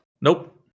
Nope